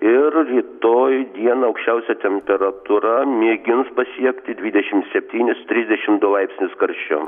ir rytoj dieną aukščiausia temperatūra mėgins pasiekti dvidešimt septynis trisdešimt du laipsnius karščio